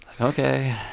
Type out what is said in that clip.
okay